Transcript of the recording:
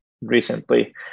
recently